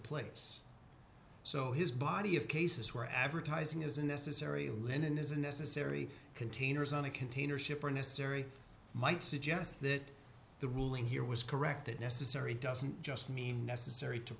place so his body of cases where advertising is unnecessary linen is unnecessary containers on a container ship are necessary might suggest that the ruling here was correct that necessary doesn't just mean necessary to